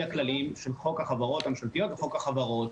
הכללים של חוק החברות הממשלתיות וחוק החברות,